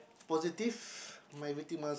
positive my everything must